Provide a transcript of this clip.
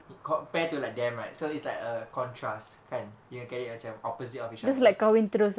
it compared to like them right so it's like a contrast kan dia orang carry macam opposite of each other